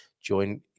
join